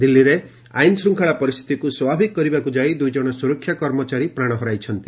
ଦିଲ୍ଲୀରେ ଆଇନଶୃଙ୍ଖଳା ପରିସ୍ଥିତିକୁ ସ୍ୱାଭାବିକ କରିବାକୁ ଯାଇ ଦୁଇଜଣ ସୁରକ୍ଷା କର୍ମଚାରୀ ପ୍ରାଣ ହରାଇଛନ୍ତି